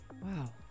Wow